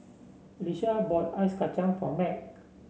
Leshia bought Ice Kacang for Mack